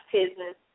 business